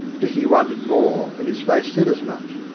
dicky wondered more, and his face said as much.